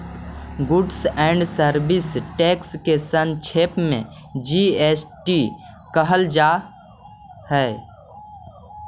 goods and service टेस्ट के संक्षेप में जी.एस.टी कहल जा हई